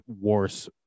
worse